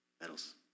medals